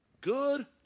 good